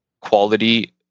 quality